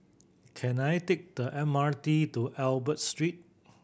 can I take the M R T to Albert Street